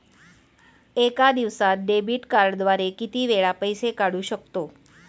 एका दिवसांत डेबिट कार्डद्वारे किती वेळा पैसे काढू शकतो?